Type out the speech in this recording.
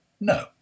no